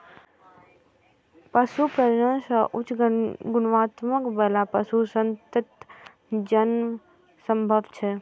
पशु प्रजनन सं उच्च गुणवत्ता बला पशु संततिक जन्म संभव छै